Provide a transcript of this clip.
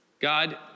God